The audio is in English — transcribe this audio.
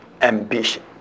ambition